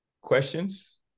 questions